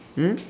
mm